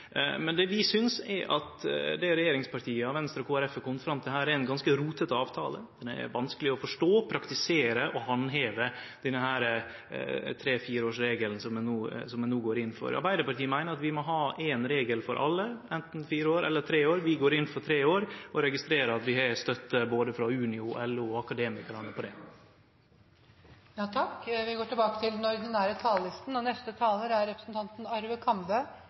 men vi synest at det regjeringspartia og Venstre og Kristeleg Folkeparti har kome fram til og no vil gå inn for – denne tre-/fireårsregelen – er ein ganske rotete avtale, som er vanskeleg å forstå, praktisere og handheve. Arbeidarpartiet meiner at vi må ha éin regel for alle – enten fire år eller tre år. Vi går inn for tre år og registrerer at vi har støtte for det frå både Unio, LO og Akademikerne. Replikkordskiftet er omme. Samarbeidspartiene arbeider for å inkludere flere mennesker i arbeidslivet. Forslagene i denne meldingen inngår i et helhetlig arbeid for økt sysselsetting og